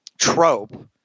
trope